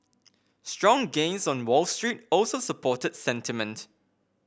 strong gains on Wall Street also supported sentiment